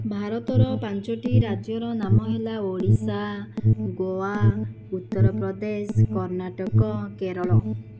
ଭାରତର ପାଞ୍ଚୋଟି ରାଜ୍ୟର ନାମ ହେଲା ଓଡ଼ିଶା ଗୋଆ ଉତ୍ତରପ୍ରଦେଶ କର୍ଣ୍ଣାଟକ କେରଳ